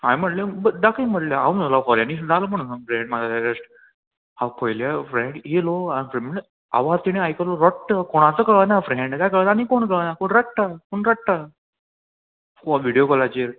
हांवें म्हणलें दाखय म्हणलें हांव समजलो खऱ्यांनी जालो म्हणोन फ्रेंड म्हाजो एरेस्ट हांव पयले फ्रेंड येयलो हांवें फ्रेंड म्हणल्यार आवाज तेणी आयकलो रडटा कोणाचो कळना फ्रेंड काय कळना आनी कोण कळना कोण रडटा कोण रडटा विडियो कॉलाचेर